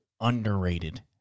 underrated